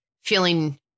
feeling